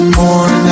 more